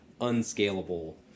unscalable